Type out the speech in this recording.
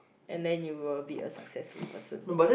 and then you will be a successful person